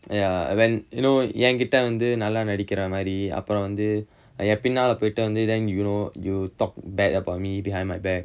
ya and then you know என்கிட்ட வந்து நல்லா நடிக்கிற மாரி அப்புறம் வந்து என் பின்னால போயிட்டு வந்து:enkitta vanthu nallaa nadikkira maari appuram vanthu en pinnaala poyittu vanthu then you know you talk bad about me behind my back